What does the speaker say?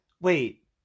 wait